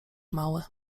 małe